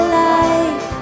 life